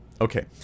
Okay